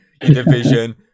division